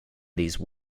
these